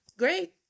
great